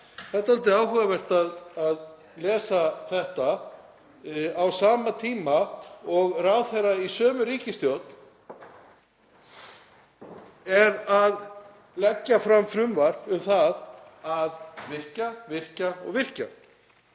Það er dálítið áhugavert að lesa þetta á sama tíma og ráðherra í sömu ríkisstjórn er að leggja fram frumvarp um að virkja, virkja og virkja.